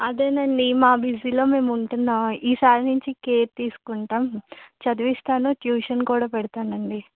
అదే అండి మా బిజీలో మేము ఉంటున్నాం ఈసారి నుంచి కేర్ తీసుకుంటాం చదివిస్తాను ట్యూషన్ కూడా పెడతాను అండి